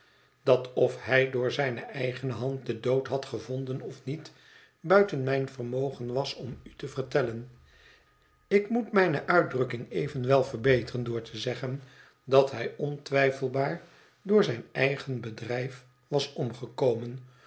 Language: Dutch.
dat of hij door zijne eigene hand den dood had gevonden of niet buiten mijn vermogen was om u te zeggen ik moet mijne uitdrukking evenwol verbeteren door te zeggen dat hij ontwijfelbaar door zijn eigen bedrijf was omgekomen